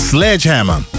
Sledgehammer